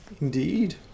Indeed